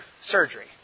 surgery